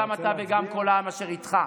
גם אתה וגם כל העם אשר איתך.